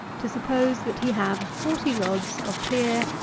to suppose, that he have forty rods of clear,